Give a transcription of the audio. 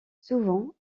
souvent